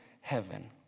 heaven